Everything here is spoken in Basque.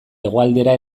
hegoaldera